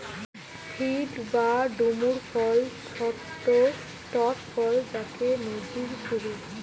fig বা ডুমুর ফল ছট্ট টক ফল যাকে নজির কুহু